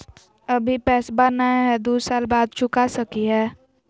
अभि पैसबा नय हय, दू साल बाद चुका सकी हय?